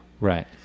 Right